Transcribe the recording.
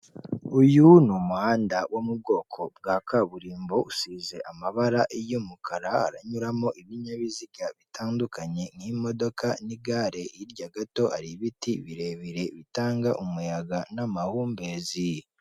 Uyu ni umuhanda wo mu bwoko bwa kaburimbo usize amabara y'umukara, haranyuramo ibinyabiziga bitandukanye nk'imodoka n'igare, hirya gato hari ibiti birebire bitanga umuyaga n'amahumbezi.